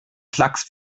klacks